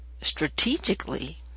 strategically